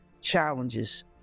challenges